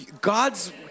God's